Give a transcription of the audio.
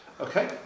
Okay